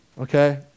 okay